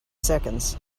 seconds